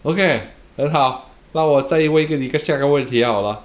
okay 很好让我再问一个你一个下一个问题好了